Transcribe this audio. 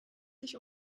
sich